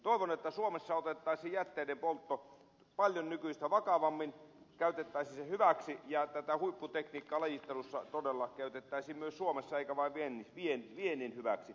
toivon että suomessa otettaisiin jätteiden poltto paljon nykyistä vakavammin käytettäisiin se hyväksi ja tätä huipputekniikkaa lajittelussa todella käytettäisiin myös suomessa eikä vain viennin hyväksi